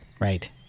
Right